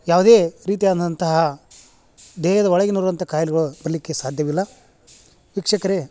ಯಾವುದೇ ರೀತಿಯಾದಂತಹ ದೇಹದ ಒಳಗಿರುವಂಥ ಕಾಯ್ಲೆಗಳು ಬರಲಿಕ್ಕೆ ಸಾಧ್ಯವಿಲ್ಲ ವೀಕ್ಷಕರೆ